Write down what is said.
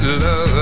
love